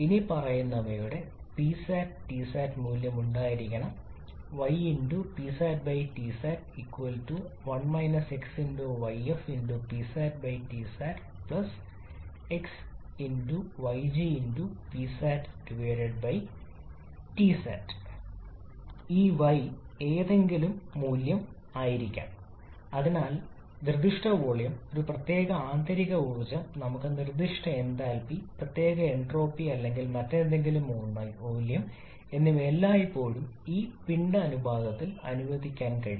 ഇനിപ്പറയുന്നവയുടെ Psat Tsat മൂല്യം ഉണ്ടായിരിക്കണം ഈ y ഏതെങ്കിലും മൂല്യം ആകാം അതിനാലാണ് നിർദ്ദിഷ്ട വോളിയം ഒരു പ്രത്യേക ആന്തരിക ഊർജ്ജം നമുക്ക് നിർദ്ദിഷ്ട എന്തൽപി പ്രത്യേക എൻട്രോപ്പി അല്ലെങ്കിൽ മറ്റേതെങ്കിലും മൂല്യം എന്നിവ എല്ലായ്പ്പോഴും ഈ പിണ്ഡ അനുപാതത്തിൽ അവതരിപ്പിക്കാൻ കഴിയും